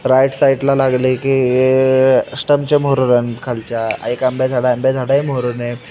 right साईडला लागले की स्टमचे म्होरं रन खालच्या एक अंब्या झाडा आंब्या झाड आहे मोहरून आहे